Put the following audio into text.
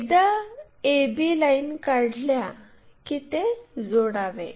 एकदा a b line काढल्या की ते जोडावे